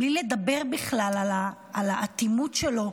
בלי לדבר בכלל על האטימות שלו,